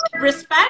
respect